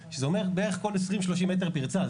שזה אומר בערך כל 20 30 מטר פרצה.